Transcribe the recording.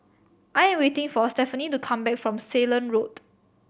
I am waiting for Stephani to come back from Ceylon Road